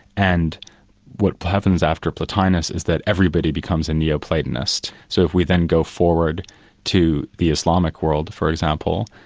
and what happens after plotinus is that everybody becomes a neo-platonist. so if we then go forward to the islamic world for example,